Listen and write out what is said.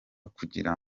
kugira